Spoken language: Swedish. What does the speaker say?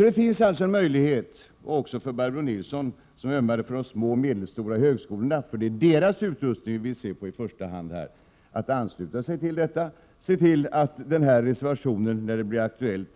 Det finns alltså en möjlighet också för Barbro Nilsson, som ömmade för de små och medelstora högskolorna — det är deras utrustning vi i första hand ser till — att ansluta sig till vårt förslag och se till att reservationen går igenom när det blir aktuellt.